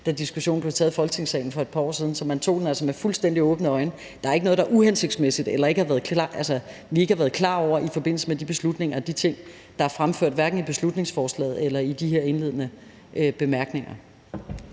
da diskussionen blev taget i Folketingssalen for et par år siden. Så man tog den altså med fuldstændig åbne øjne. Der er ikke noget, der er uhensigtsmæssigt, eller som vi ikke har været klar over i forbindelse med de beslutninger og de ting, der er fremført, hverken i beslutningsforslaget eller i de her indledende bemærkninger.